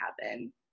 happen